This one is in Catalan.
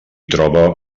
troba